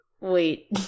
wait